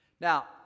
Now